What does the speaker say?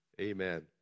Amen